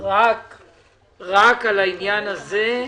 רק על העניין הזה.